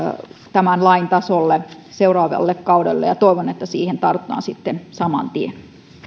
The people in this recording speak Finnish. tämän lain tasolle seuraavalla kaudella ja toivon että siihen tartutaan sitten saman tien